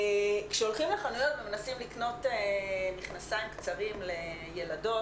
כשהולכים לחנויות ומנסים לקנות מכנסיים קצרים לילדות